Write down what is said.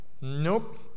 Nope